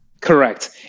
Correct